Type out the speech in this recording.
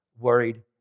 worried